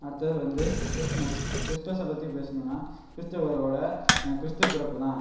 அடுத்தது வந்து கிறிஸ்மஸ் கிறிஸ்மஸை பற்றி பேசணுன்னா கிறிஸ்துவர்களோடய கிறிஸ்து பிறப்பு தான்